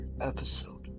episode